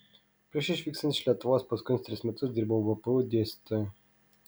prieš išvykstant iš lietuvos paskutinius tris metus dirbau vpu dėstytoju